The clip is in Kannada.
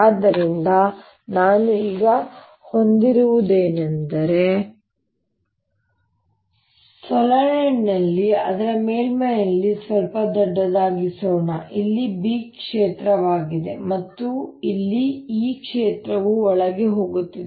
ಆದ್ದರಿಂದ ನಾನು ಈಗ ಹೊಂದಿರುವುದೇನೆಂದರೆ ಸೊಲೆನಾಯ್ಡ್ನಲ್ಲಿ ಅದನ್ನು ಮೇಲ್ಮೈಯಲ್ಲಿ ಸ್ವಲ್ಪ ದೊಡ್ಡದಾಗಿಸೋಣ ಇಲ್ಲಿ B ಕ್ಷೇತ್ರವಾಗಿದೆ ಮತ್ತು ಇಲ್ಲಿ E ಕ್ಷೇತ್ರವು ಒಳಗೆ ಹೋಗುತ್ತಿದೆ